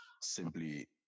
simply